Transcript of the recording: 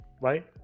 right